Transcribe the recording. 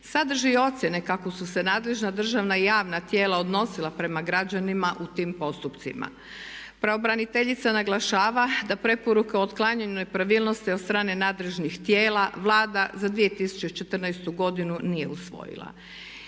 Sadrži ocjene kako su se nadležna državna javna tijela odnosila prema građanima u tim postupcima. Pravobraniteljica naglašava da preporuke o otklanjanju nepravilnosti od strane nadležnih tijela Vlada za 2014.godinu nije usvojila.